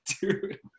Dude